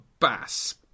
Bass